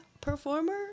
performer